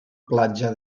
platja